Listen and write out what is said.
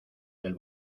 del